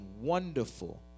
wonderful